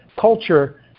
culture